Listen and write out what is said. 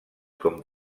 com